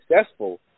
successful